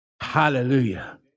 Hallelujah